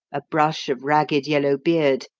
a brush of ragged, yellow beard,